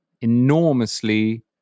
enormously